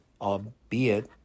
albeit